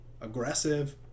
aggressive